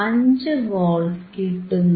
5 volts കിട്ടുന്നു